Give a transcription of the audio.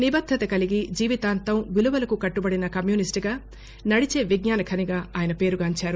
నిబద్దత కలిగి జీవితాంతం విలువలకు కట్టుబడిన కమ్యూనిస్టుగా నడిచే విజ్ఞానఖనిగా ఆయన పేరుగాంచారు